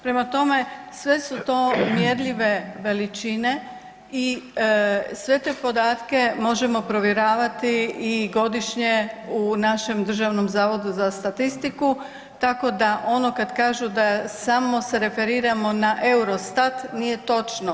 Prema tome, sve su to mjerljive veličine i sve te podatke možemo provjeravati i godišnje u našem Državnom zavodu za statistiku, tako da ono kad kažu da samo se referiramo na Eurostat, nije točno.